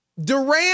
Durant